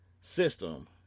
system